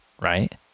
right